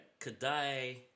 Kadai